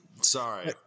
Sorry